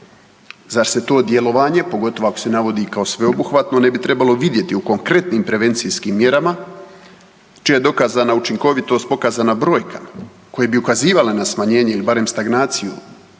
Zar se to djelovanje pogotovo ako se navodi kao sveobuhvatno ne bi trebalo vidjeti u konkretnim prevencijskim mjerama čija je dokazana učinkovitost pokazana brojkama koje bi ukazivale na smanjenje ili barem stagnaciju